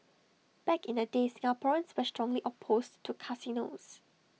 back in the day Singaporeans were strongly opposed to casinos